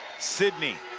sidney,